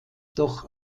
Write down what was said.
doch